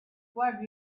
flag